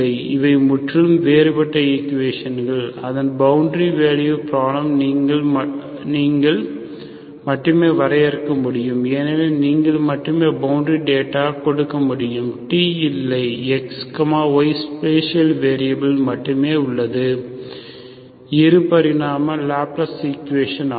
இவை முற்றிலும் வேறுபட்ட ஈக்குவேஷன்கள் அதன் பவுண்டரி வேல்யூ ப்ராப்ளம் நீங்கள் மட்டுமே வரையறுக்க முடியும் ஏனெனில் நீங்கள் மட்டுமே பவுண்டரி டேட்டா கொடுக்க முடியும் t இல்லை Xy ஸ்பேசியல் வேரியபில் மட்டுமே உள்ளது சரி இரு பரிமாண லாப்ளாஸ் ஈக்குவேஷன் ஆகும்